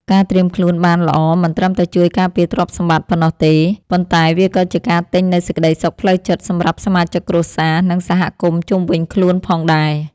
ការត្រៀមខ្លួនបានល្អមិនត្រឹមតែជួយការពារទ្រព្យសម្បត្តិប៉ុណ្ណោះទេ ប៉ុន្តែវាក៏ជាការទិញនូវសេចក្តីសុខផ្លូវចិត្តសម្រាប់សមាជិកគ្រួសារ និងសហគមន៍ជុំវិញខ្លួនផងដែរ។